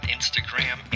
Instagram